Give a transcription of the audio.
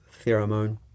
pheromone